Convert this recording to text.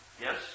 yes